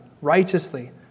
righteously